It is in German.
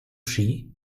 ski